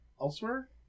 elsewhere